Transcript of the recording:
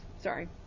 sorry